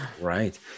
right